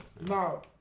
No